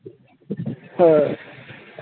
ᱦᱳᱭ